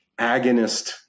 agonist